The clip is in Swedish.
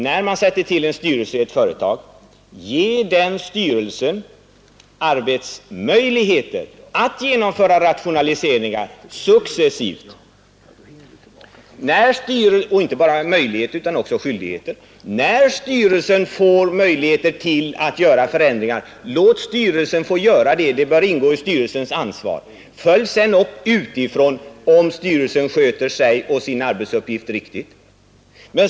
När en styrelse i ett företag tillsätts, ge då styrelsen arbetsmöjligheter — och också skyldigheter — att genomföra rationaliseringar successivt. Och då styrelsen får möjligheter att göra förändringar, låt styrelsen få göra sådana — det bör ingå i styrelsens ansvar. Följ sedan upp utifrån om styrelsen sköter sin arbetsuppgift riktigt.